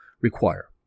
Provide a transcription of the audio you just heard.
require